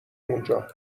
اونجا